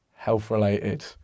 health-related